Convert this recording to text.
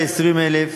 ל-20,000,